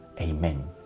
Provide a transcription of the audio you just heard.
amen